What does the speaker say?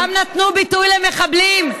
שם נתנו ביטוי למחבלים,